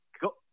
go